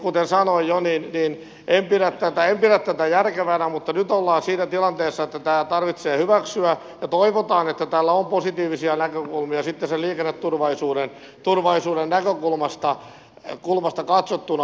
kuten sanoin jo en pidä tätä järkevänä mutta nyt ollaan siinä tilanteessa että tämä täytyy hyväksyä ja toivotaan että tällä on positiivisia näkökulmia sitten sen liikenneturvallisuuden näkökulmasta katsottuna